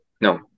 no